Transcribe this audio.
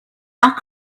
not